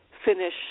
Finish